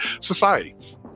society